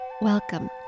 Welcome